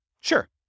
Sure